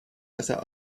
besser